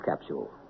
capsule